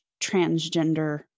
transgender